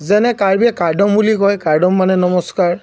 যেনে কাৰ্বি কাৰ্ডম বুলি কয় কাৰ্ডম মানে নমস্কাৰ